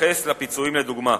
מתייחס לפיצויים לדוגמה.